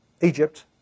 Egypt